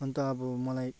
अन्त अब मलाई